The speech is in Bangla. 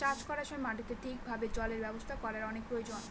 চাষ করার সময় মাটিতে ঠিক ভাবে জলের ব্যবস্থা করার অনেক প্রয়োজন